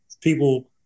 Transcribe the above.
people